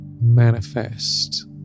manifest